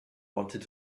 wanted